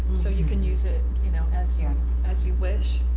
so you can use it you know as yeah as you wish.